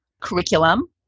curriculum